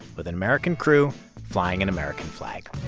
with an american crew, flying an american flag